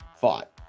fought